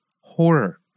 horror